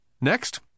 Next